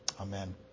Amen